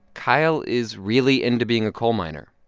kyle is really into being a coal miner.